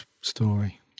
story